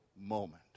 moment